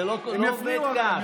לא, זה לא עובד כך.